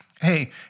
Hey